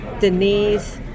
Denise